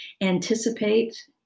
anticipate